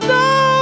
no